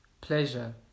pleasure